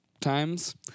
times